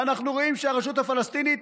ואנחנו רואים שהרשות הפלסטינית